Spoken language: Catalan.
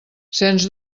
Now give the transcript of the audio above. sens